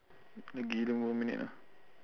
lagi lima minit ah